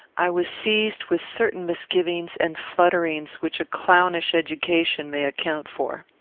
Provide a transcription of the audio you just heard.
i was seized with certain misgivings and flutterings which a clownish education may account for.